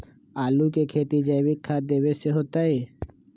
आलु के खेती जैविक खाध देवे से होतई?